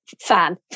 fan